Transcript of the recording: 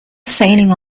sailing